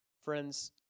Friends